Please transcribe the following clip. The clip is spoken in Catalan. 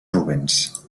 rubens